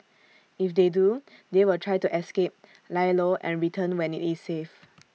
if they do they will try to escape lie low and return when IT is safe